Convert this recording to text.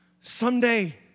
Someday